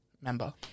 member